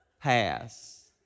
Pass